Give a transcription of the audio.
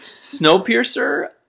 Snowpiercer